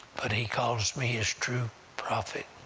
but he calls me his true prophet.